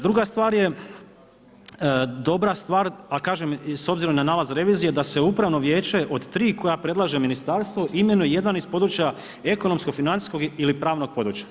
Druga stvar je, dobra stvar, a kažem i s obzirom na nalaz revizije da se upravno vijeće od tri koja predlaže ministarstvo imenuje jedan iz područja ekonomskog, financijskog ili pravnog područja.